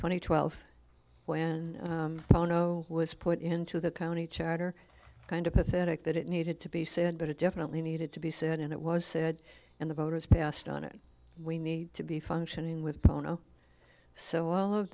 twenty twelfth when bono was put into the county charter kind of pathetic that it needed to be said but it definitely needed to be said and it was said and the voters passed on it we need to be functioning with bono so all of